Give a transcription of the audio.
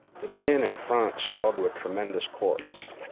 the din in front swelled to a tremendous chorus.